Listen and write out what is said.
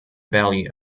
value